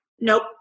Nope